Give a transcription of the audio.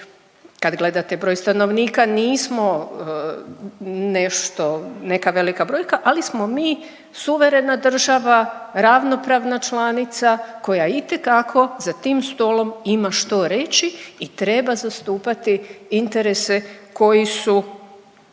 kad gledate broj stanovnika nismo nešto, neka velika brojka, ali smo mi suverena država, ravnopravna članica koja itekako za tim stolom ima što reći i treba zastupati interese koji su